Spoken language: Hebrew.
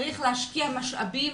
צריך להשקיע משאבים,